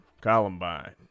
Columbine